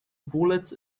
bullets